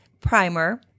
primer